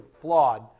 flawed